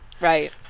Right